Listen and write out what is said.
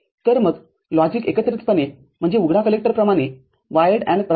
तर मग लॉजिक एकत्रितपणे म्हणजे उघडा कलेक्टरप्रमाणे वायर्ड AND प्रदान करणे